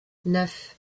neuf